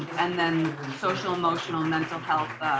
and then social emotional mental health.